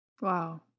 Wow